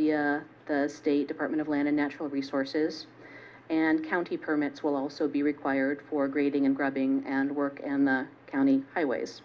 for the state department of land in natural resources and county permits will also be required for grading and grabbing and work and county highways